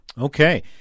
Okay